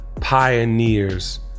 pioneers